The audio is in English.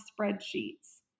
spreadsheets